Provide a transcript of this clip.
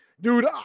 Dude